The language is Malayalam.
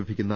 ലഭിക്കുന്ന